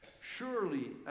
Surely